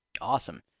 Awesome